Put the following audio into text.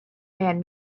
man